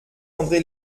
andré